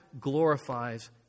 glorifies